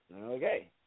Okay